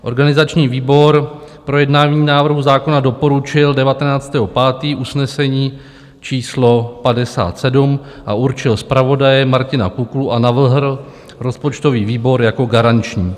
Organizační výbor projednání návrhu zákona doporučil 19. 5., usnesení číslo 57, a určil zpravodaje Martina Kuklu a navrhl rozpočtový výbor jako garanční.